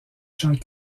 champs